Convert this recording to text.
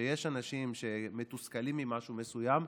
כשיש אנשים שמתוסכלים ממשהו מסוים,